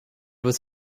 was